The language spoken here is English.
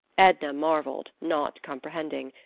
edna marveled, not comprehending.